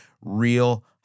real